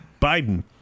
Biden